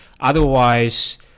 otherwise